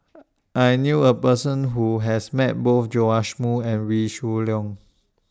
I knew A Person Who has Met Both Joash Moo and Wee Shoo Leong